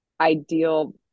ideal